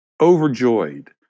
Overjoyed